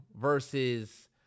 versus